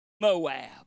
Moab